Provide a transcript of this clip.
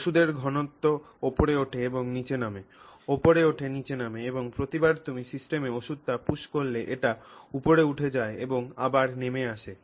ওষুধের ঘনত্ব উপরে ওঠে এবং নীচে নামে উপরে ওঠে নিচে নামে এবং প্রতিবার তুমি সিস্টেমে ওষধটি পুশ করলে এটি উপরে উঠে যায় এবং আবার নেমে আসে